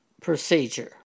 procedure